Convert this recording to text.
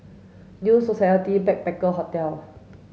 New Society Backpackers' Hotel